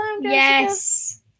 Yes